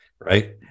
Right